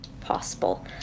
possible